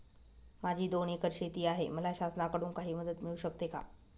माझी दोन एकर शेती आहे, मला शासनाकडून काही मदत मिळू शकते का?